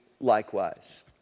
likewise